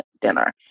dinner